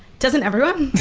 doesn't everyone?